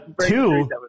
Two